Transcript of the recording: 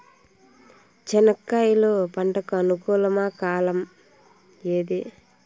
చెనక్కాయలు పంట కు అనుకూలమా కాలం ఏది?